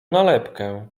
nalepkę